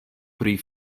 pri